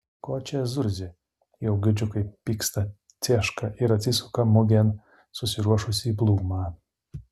ko čia zurzi jau girdžiu kaip pyksta cieška ir atsisuka į mugėn susiruošusį blūmą